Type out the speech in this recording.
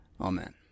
amen